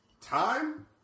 Time